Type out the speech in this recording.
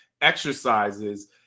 exercises